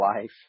life